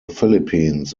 philippines